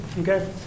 okay